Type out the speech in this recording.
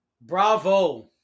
Bravo